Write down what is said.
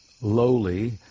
lowly